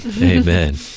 Amen